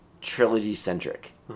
trilogy-centric